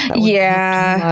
yeah.